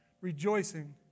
rejoicing